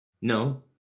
No